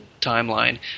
timeline